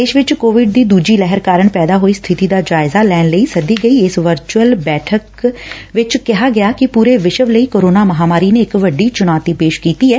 ਦੇਸ਼ ਵਿਚ ਕੋਵਿਡ ਦੀ ਦੂਜੀ ਲਹਿਰ ਕਾਰਨ ਪੈਦਾ ਹੋਈ ਸਬਿਤੀ ਦਾ ਜਾਇਜ਼ਾ ਲੈਣ ਲਈ ਸੱਦੀ ਗਈ ਇਸ ਵਰਚੁਅਲ ਬੈਠਕ ਵਿਚ ਕਿਹਾ ਗਿਆ ਕਿ ਪੁਰੇ ਵਿਸ਼ਵ ਲਈ ਕੋਰੋਨਾ ਮਹਾਮਾਰੀ ਨੇ ਇਕ ਵੱਡੀ ਚੁਣੌਤੀ ਪੇਸ਼ ਕੀਤੀ ਐ